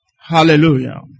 Hallelujah